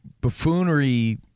buffoonery